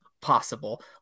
possible